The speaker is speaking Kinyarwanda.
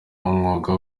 umwuga